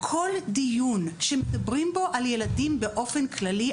כל דיון שמדברים בו על ילדים באופן כללי,